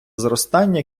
зростання